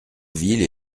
ville